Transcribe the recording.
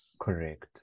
Correct